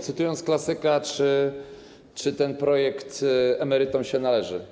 Cytując klasyka, zapytam, czy ten projekt emerytom się należy.